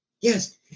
Yes